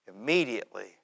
Immediately